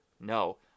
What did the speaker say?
No